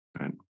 Right